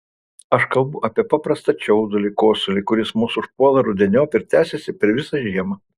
aš kalbu apie paprastą čiaudulį kosulį kuris mus užpuola rudeniop ir tęsiasi per visą žiemą